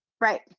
right